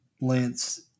Lance